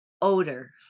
odor